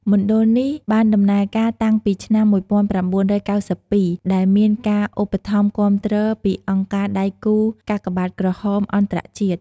មណ្ឌលនេះបានដំណើរការតាំងពីឆ្នាំ ១៩៩២ ដែលមានការឧបត្ថមគាំទ្រពីអង្គការដៃគូរកាកបាទក្រហមអន្តរជាតិ។